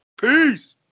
Peace